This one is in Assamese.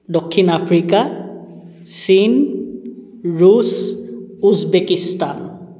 দক্ষিণ আফ্ৰিকা চীন ৰুছ উজবেকিস্তান